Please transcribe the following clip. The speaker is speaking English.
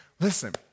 Listen